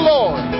Lord